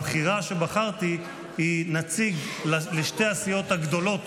הבחירה שבחרתי היא נציג לשתי הסיעות הגדולות